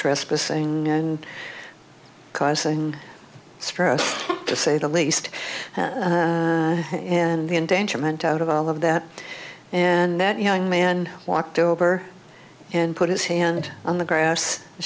trespassing and causing stress to say the least and the endangerment out of all of that and that young man walked over and put his hand on the grass and